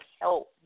help